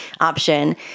option